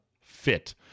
Fit